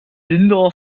linda